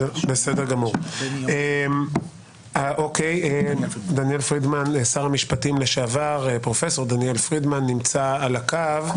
פרופ' דניאל פרידמן שר המשפטים לשעבר נמצא על הקו.